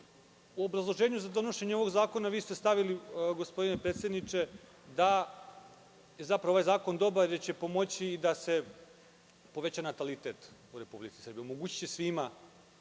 U obrazloženju za donošenje ovog zakona vi ste stavili, gospodine predsedniče, da je zapravo ovaj zakon dobar i da će pomoći da se poveća natalitet u Republici Srbiji. Omogućiće svima